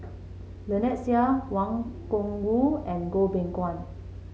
Lynnette Seah Wang Gungwu and Goh Beng Kwan